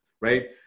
right